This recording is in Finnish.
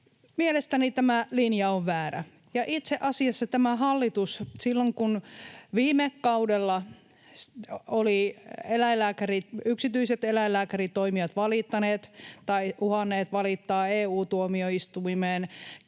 Mielestäni tämä linja on väärä. Itse asiassa tämä hallitus silloin, kun viime kaudella olivat yksityiset eläinlääkäritoimijat valittaneet tai uhanneet valittaa EU-tuomioistuimeen